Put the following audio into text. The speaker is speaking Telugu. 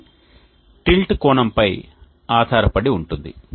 ఇది టిల్ట్ కోణంపై ఆధారపడి ఉంటుంది